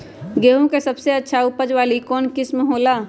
गेंहू के सबसे अच्छा उपज वाली कौन किस्म हो ला?